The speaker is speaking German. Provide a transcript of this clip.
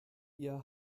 ihr